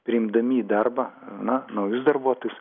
priimdami į darbą na naujus darbuotojus